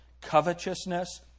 covetousness